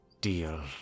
deal